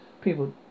people